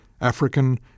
African